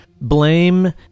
blame